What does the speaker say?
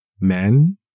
men